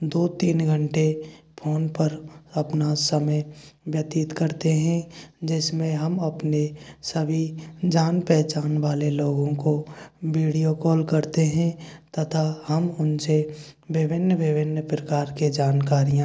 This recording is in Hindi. दो तीन घंटे फोन पर अपना समय व्यतीत करते हें जिसमें हम अपने सभी जान पहचान वाले लोगों को बीडियो कॉल करते हें तथा हम उनसे विभिन्न विभिन्न प्रकार के जानकारियाँ